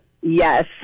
Yes